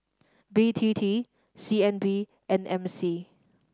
B T T C N B and M C